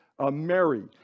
Mary